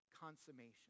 consummation